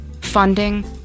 Funding